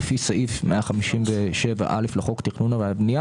לפי סעיף 157א לחוק התכנון והבנייה,